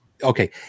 Okay